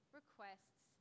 requests